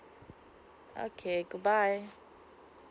okay good bye